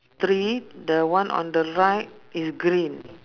three the one on the right is green